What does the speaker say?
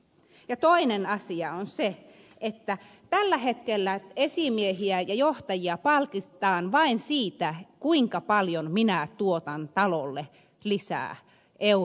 ja toinen asia on se että tällä hetkellä esimiehiä ja johtajia palkitaan vain siitä kuinka paljon he tuottavat talolle lisää euroja